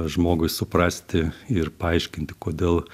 žmogui suprasti ir paaiškinti kodėl